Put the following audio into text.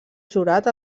jurat